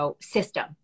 system